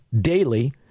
daily